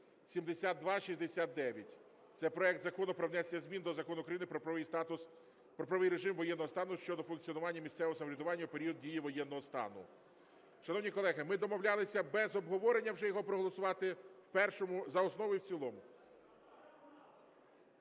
Це проект Закону про внесення змін до Закону України "Про правовий режим воєнного стану" щодо функціонування місцевого самоврядування у період дії воєнного стану. Шановні колеги, ми домовлялися без обговорення вже його проголосувати за основу і в цілому.